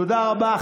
תודה רבה.